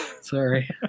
Sorry